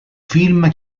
film